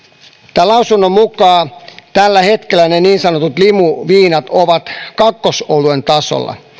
tämän lausunnon mukaan tällä hetkellä niin sanotut limuviinat ovat kakkosoluen tasolla